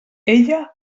ella